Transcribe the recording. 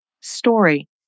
story